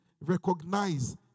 Recognize